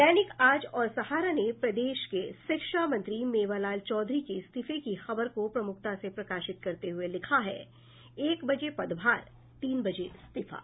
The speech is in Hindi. दैनिक आज और सहारा ने प्रदेश के शिक्षा मंत्री मेवा लाल चौधरी के इस्तीफे की खबर को प्रमुखता से प्रकाशित करते हुए लिखा है एक बजे पदभार तीन बजे इस्तीफा